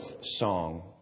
song